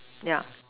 yeah